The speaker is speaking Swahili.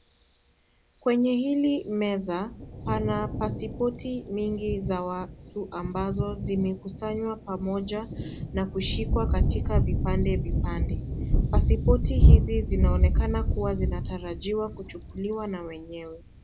Kwenye hili meza pana pasipoti nyingi za watu ambazo zimekusanywa pamoja na kushikwa katika vipandevipande, pasipoti hizi zinaonekana kuwa zinatarajiwa kuchukuliwa na wenyewe.